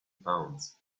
pounds